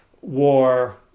war